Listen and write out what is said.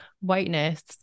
whiteness